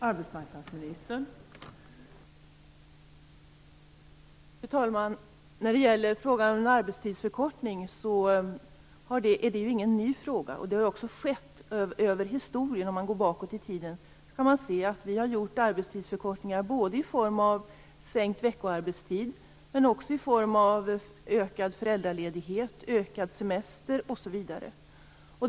Fru talman! Frågan om en arbetstidsförkortning är inte ny. Om man ser tillbaka i historien kan man se att vi har genomfört arbetstidsförkortningar i form av minskad veckoarbetstid, ökad föräldraledighet, ökad semester, osv.